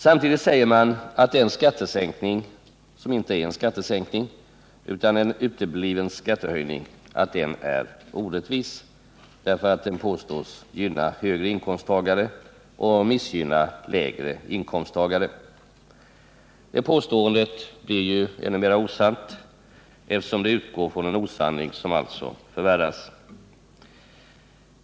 Samtidigt säger man att den skattesänkning, som inte är en skattesänkning utan en utebliven skattehöjning, är orättvis, därför att den påstås gynna högre inkomsttagare och missgynna lägre inkomsttagare. Det påståendet blir ännu mer osant eftersom det utgår från en osanning som förvärras.